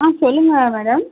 ஆ சொல்லுங்க மேடம்